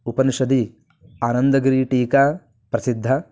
उपनिषदि आनन्दगिरिटीका प्रसिद्धा